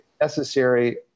necessary